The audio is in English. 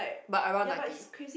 but around ninety